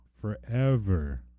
forever